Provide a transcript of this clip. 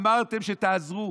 אמרתם שתעזרו,